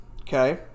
okay